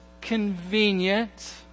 convenient